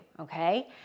okay